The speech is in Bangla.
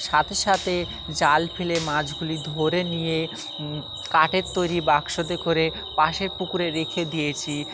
সাথে সাথে জাল ফেলে মাছগুলি ধরে নিয়ে কাঠের তৈরি বাক্সতে করে পাশের পুকুরে রেখে দিয়েছি